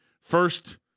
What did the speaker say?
first